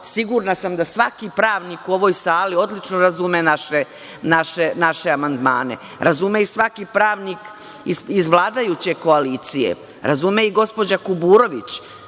sigurna sam da svaki pravnik u ovoj sali odlično razume naše amandmane. Razume i svaki pravnik iz vladajuće koalicije. Razume i gospođa Kuburović.